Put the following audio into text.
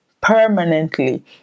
permanently